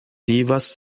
vivas